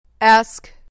Ask